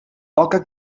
toca